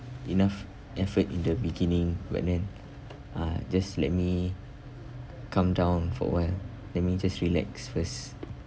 enough effort in the beginning but then uh just let me calm down for a while let me just relax first